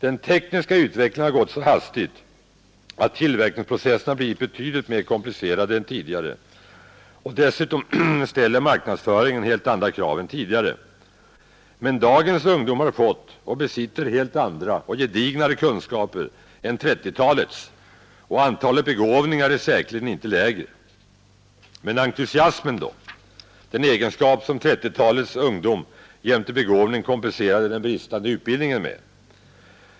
Den tekniska utvecklingen har gått så hastigt, att tillverkningsprocesserna blivit betydligt mer komplicerade än tidigare, och dessutom ställer marknadsföringen helt andra krav än tidigare. Men dagens ungdom har fått och besitter helt andra och gedignare kunskaper än 1930-talets, och antalet begåvningar är säkerligen inte lägre. Men entusiasmen då, den egenskap som 1930-talets ungdom jämte begåvning kompenserade den bristande utbildningen med?